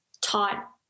taught